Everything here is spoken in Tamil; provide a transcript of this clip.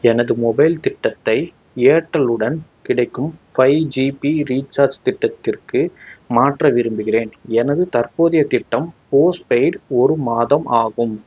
எனது மொபைல் திட்டத்தை ஏர்டெல் உடன் கிடைக்கும் ஃபைவ் ஜிபி ரீசார்ஜ் திட்டத்திற்கு மாற்ற விரும்புகிறேன் எனது தற்போதைய திட்டம் போஸ்ட்பெய்டு ஒரு மாதம் ஆகும்